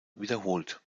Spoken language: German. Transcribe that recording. wiederholt